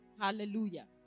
Hallelujah